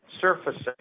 surfacing